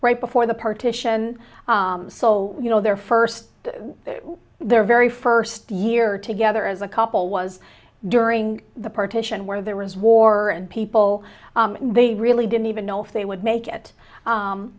right before the partition so you know their first their very first year together as a couple was during the partition where there was war and people they really didn't even know if they would make it